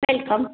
welcome